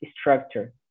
structure